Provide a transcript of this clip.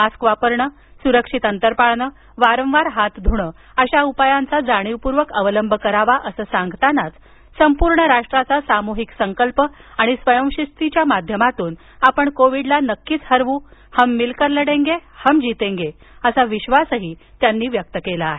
mask वापरणं सुरक्षित अंतर पाळणं वारंवार हात धुणं अशा उपायांचा जाणीवपूर्वक अवलंब करावा असं सांगतानाच संपूर्ण राष्ट्राचा सामुहिक संकल्प आणि स्वयंशिस्तीच्या माध्यमातून आपण कोविडला नक्कीच हरवू हम मिलकर लडेंगे हम जीतेंगे असा विश्वास त्यांनी व्यक्त केला आहे